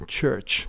Church